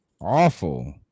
awful